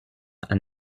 and